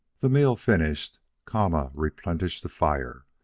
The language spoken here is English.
the meal finished, kama replenished the fire,